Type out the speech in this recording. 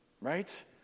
Right